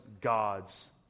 God's